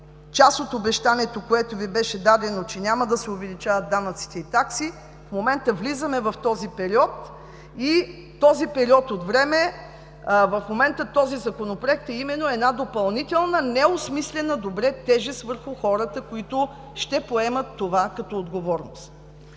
част от обещанието, което Ви беше дадено – че няма да се увеличават данъците и таксите, в момента влизаме в този период и Законопроектът е именно допълнителна, неосмислена добре тежест върху хората, които ще поемат това като отговорност.